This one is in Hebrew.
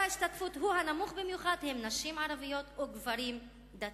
ההשתתפות הוא הנמוך במיוחד הן נשים ערביות וגברים דתיים.